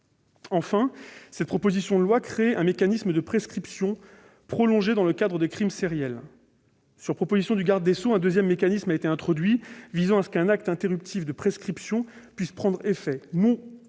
Enfin, cette proposition de loi crée un mécanisme de prescription prolongée dans le cadre de crimes sériels. Sur proposition du garde des sceaux, un deuxième mécanisme a été introduit visant à ce qu'un acte interruptif de prescription puisse prendre effet non seulement